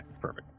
perfect